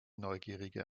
neugierige